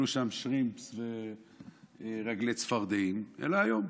שם שרימפס ורגלי צפרדעים אלא היום.